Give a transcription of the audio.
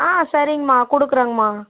ஆ சரிங்கம்மா கொடுக்குறேங்கம்மா